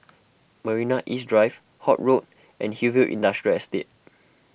Marina East Drive Holt Road and Hillview Industrial Estate